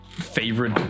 Favorite